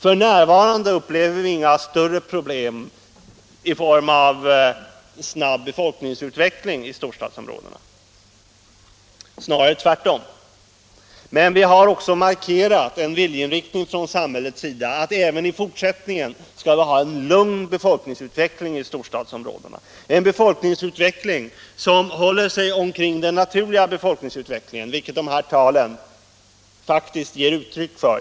F.n. upplever vi inga större problem i form av en snabb befolkningsutveckling i storstadsområdena, snarare tvärtom. Men samhället har markerat en viljeinriktning att vi även i fortsättningen skall ha en lugn befolkningsutveckling i storstadsområdena, en utveckling som ligger nära den naturliga befolkningsutvecklingen, vilket de här talen faktiskt ger uttryck för.